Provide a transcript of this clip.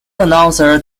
announcer